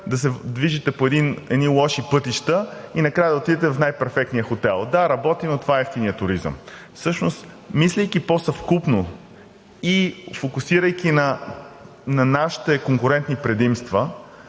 да се движите по едни лоши пътища и накрая да отидете в най-перфектния хотел. Да, работи, но това е евтиният туризъм. Всъщност, мислейки по-съвкупно и фокусирайки се на нашите конкурентни предимства,